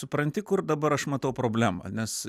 supranti kur dabar aš matau problemą nes